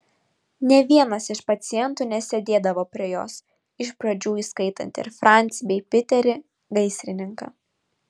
nė vienas iš pacientų nesėdėdavo prie jos iš pradžių įskaitant ir francį bei piterį gaisrininką